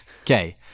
Okay